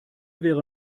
wäre